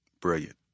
Brilliant